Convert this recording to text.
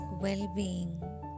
well-being